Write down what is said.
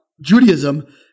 Judaism